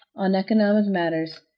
on economic matters,